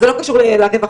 זה לא קשור לרווחה,